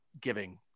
giving